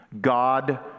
God